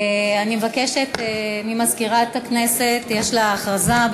אני מבקשת ממזכירת הכנסת, יש לה הכרזה.